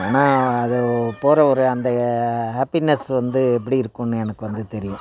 ஆனால் அது போகிற ஒரு அந்த ஒரு ஹாப்பினஸ் வந்து எப்படி இருக்கும்னு எனக்கு வந்து தெரியும்